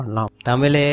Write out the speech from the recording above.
Tamil